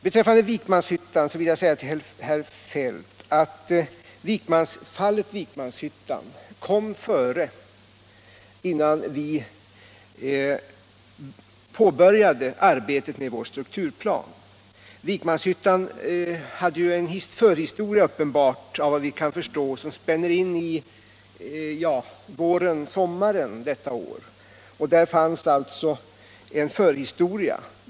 Beträffande Vikmanshyttan vill jag säga till herr Feldt att det fallet Nr 43 kom före innan vi påbörjade arbetet med vår strukturplan. Vikmanshyttan Fredagen den hade såvitt vi kan förstå en förhistoria som spänner in i våren och som 10 december 1976 maren detta år.